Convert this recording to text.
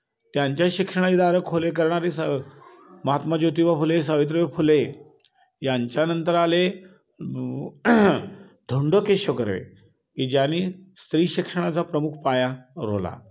त्यांच्या शिक्षणाची दारं खुले करणारी स महात्मा ज्योतिबा फुले सावित्री फुले यांच्यानंतर आले धोंडो केशव कर्वे की ज्यानी स्त्री शिक्षणाचा प्रमुख पाया रोवला